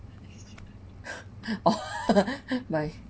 oh my